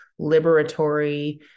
liberatory